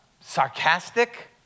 sarcastic